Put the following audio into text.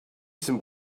some